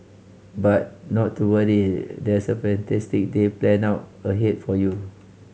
but not to worry there's a fantastic day planned out ahead for you